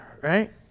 right